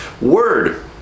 word